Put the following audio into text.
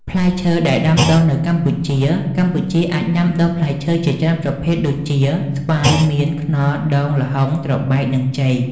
ផ្លែឈើដែលដាំដុះនៅកម្ពុជាកម្ពុជាអាចដាំដុះផ្លែឈើជាច្រើនប្រភេទដូចជា ស្វាយ មៀន ខ្នុរ ដូង ល្ហុង ត្របែក និងចេក។